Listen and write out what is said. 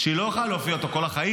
שהיא לא יכולה להופיע איתו כל החיים.